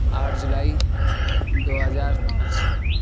آٹھ جولائی دو ہزار پانچ